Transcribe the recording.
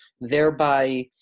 thereby